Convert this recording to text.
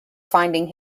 finding